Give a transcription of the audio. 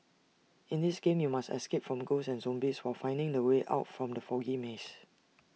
in this game you must escape from ghosts and zombies while finding the way out from the foggy maze